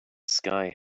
sky